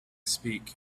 speak